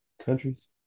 countries